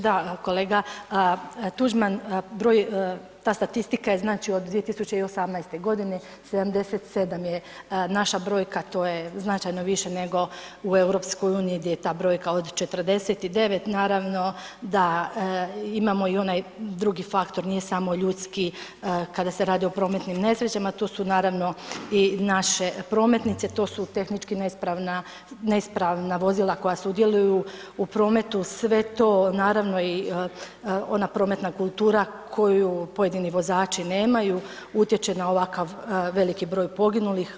Da, kolega Tuđman broj, ta statistika je znači od 2018. godine 77 je naša brojka, to je značajno više nego u EU gdje je ta brojka od 49, naravno da imamo i onaj drugi faktor, nije samo ljudski kada se radi o prometnim nesrećama, to su naravno i naše prometnice, to su tehnički neispravna vozila koja sudjeluju u prometu, sve to naravno i ona prometna kultura koju pojedini vozači nemaju utječe na ovakav veliki broj poginulih.